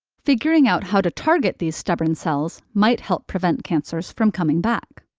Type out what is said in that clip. figuring out how to target these stubborn cells might help prevent cancers from coming back.